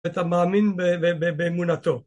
אתה מאמין באמונתו